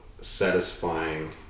satisfying